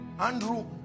Andrew